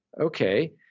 Okay